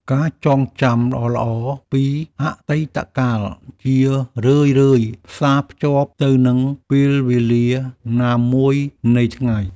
ការចងចាំល្អៗពីអតីតកាល ជារឿយៗផ្សារភ្ជាប់ទៅនឹងពេលវេលាណាមួយនៃថ្ងៃ។